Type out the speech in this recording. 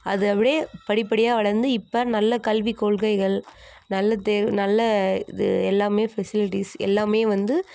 அது அப்படியே படிப்படியாக வளர்ந்து இப்போ நல்ல கல்வி கொள்கைகள் நல்ல தே நல்ல இது எல்லாமே ஃபெசிலிட்டிஸ் எல்லாமே வந்து